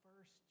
first